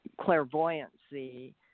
clairvoyancy